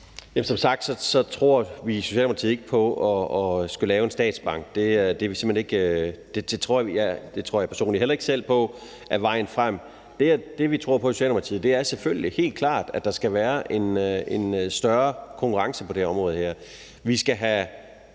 (S): Som sagt tror vi i Socialdemokratiet ikke på at skulle lave en statsbank, og det tror jeg personligt heller ikke selv på er vejen frem. Det, vi tror på i Socialdemokratiet, er selvfølgelig, at der helt klart skal være en større konkurrence på det her område. Vi skal have